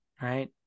right